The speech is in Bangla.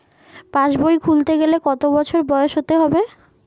পাশবই খুলতে গেলে কত বছর বয়স হতে হবে?